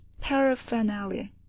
paraphernalia